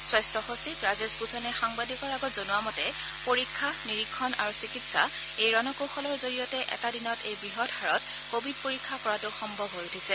স্বাস্থ্য সচিব ৰাজেশ ভূষণে সাংবাদিকৰ আগত জনোবা মতে পৰীক্ষা নীৰিক্ষণ আৰু চিকিৎসা এই ৰণকৌশলৰ জৰিয়তে এটা দিনত এই বৃহৎ হাৰত কোৱিড পৰীক্ষা কৰাটো সম্ভৱ হৈ উঠিছে